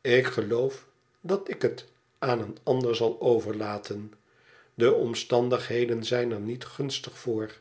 tik geloof dat ik het aan een ander zal overlaten de omstandigheden zijner niet gunstig voor